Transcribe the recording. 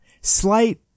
slight